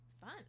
fun